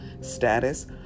status